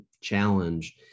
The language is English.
challenge